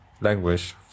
language